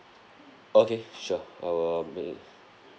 okay sure I will make